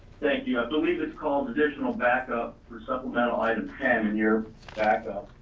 thank you, i believe it's called additional backup for supplemental item ten in your backup.